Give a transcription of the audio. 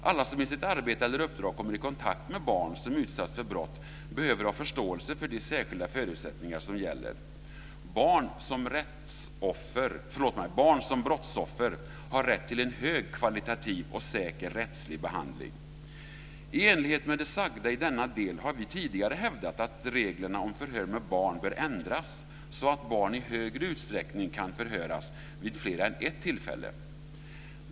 Alla som i sitt arbete eller uppdrag kommer i kontakt med barn som utsatts för brott behöver ha förståelse för de särskilda förutsättningar som gäller. Barn som brottsoffer har rätt till en högkvalitativ och säker rättslig behandling. I enlighet med det sagda i denna del har vi tidigare hävdat att reglerna om förhör med barn bör ändras så att barn i högre utsträckning kan förhöras vid fler än ett tillfälle.